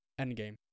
Endgame